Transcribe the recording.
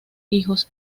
hijos